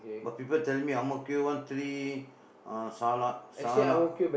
but people tell me Ang-Mo-Kio one three uh sala~ sala